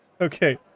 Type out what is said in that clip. Okay